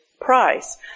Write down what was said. price